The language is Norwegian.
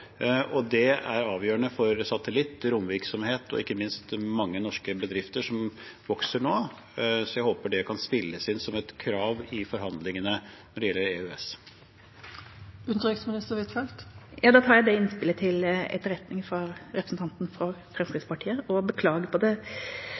Det er avgjørende for satellitt, romvirksomhet og ikke minst mange norske bedrifter som vokser nå, så jeg håper det kan spilles inn som et krav i forhandlingene når det gjelder EØS. Ja, da tar jeg det innspillet fra representanten for Fremskrittspartiet til etterretning.